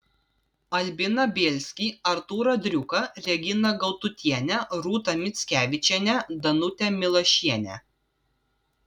albiną bielskį artūrą driuką reginą gaudutienę rūtą mickevičienę danutę milašienę